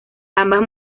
ambas